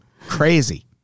crazy